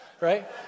right